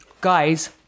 Guys